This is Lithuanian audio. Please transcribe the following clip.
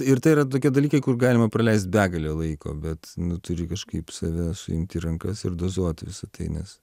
ir tai yra tokie dalykai kur galima praleist begalę laiko bet nu turi kažkaip save suimti į rankas ir dozuot visa tai nes